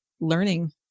learning